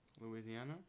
Louisiana